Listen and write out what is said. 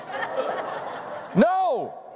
No